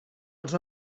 els